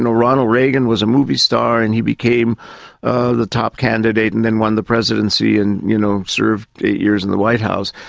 and ronald reagan was a movie star and he became ah the top candidate and then won the presidency and you know served eight years in the white house,